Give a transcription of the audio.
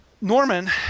Norman